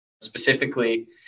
specifically